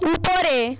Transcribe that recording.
উপরে